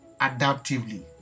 adaptively